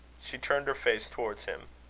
she turned her face towards him.